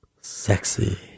Sexy